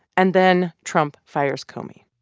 and then trump fires comey